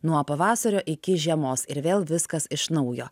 nuo pavasario iki žiemos ir vėl viskas iš naujo